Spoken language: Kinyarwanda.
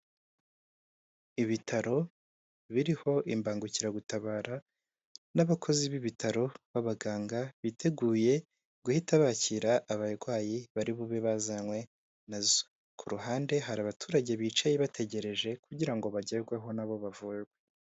Ibitaro biriho imbangukiragutabara n'abakozi b'ibitaro b'abaganga, biteguye guhita bakira abarwayi bari bube bazanywe na zo. Ku ruhande hari abaturage bicaye bategereje, kugira ngo bagerweho, na bo bavurwe.